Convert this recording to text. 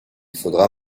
faudra